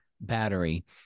battery